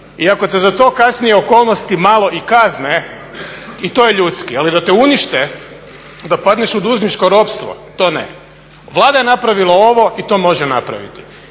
I ako te za to kasnije okolnosti malo i kazne i to je ljudski, ali da te unište da padneš u dužničko ropstvo to ne. Vlada je napravila ovo i to može napraviti.